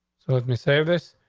so let me say this.